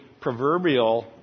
proverbial